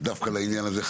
לעניין הזה,